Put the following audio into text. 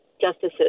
justices